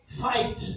fight